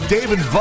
David